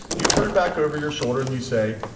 you turn back over your shoulder and you say,